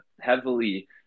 heavily